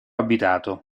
abitato